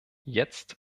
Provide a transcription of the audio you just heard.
jetzt